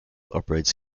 operates